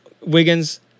Wiggins –